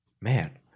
Man